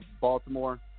Baltimore